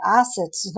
assets